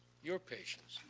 your patience,